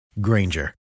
Granger